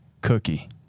cookie